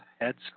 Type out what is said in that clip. heads